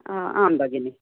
आम् भगिनी